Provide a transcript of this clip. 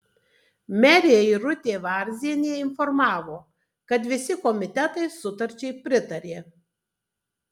merė irutė varzienė informavo kad visi komitetai sutarčiai pritarė